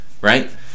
right